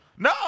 No